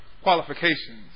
qualifications